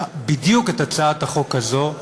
בדיוק את הצעת החוק הזו,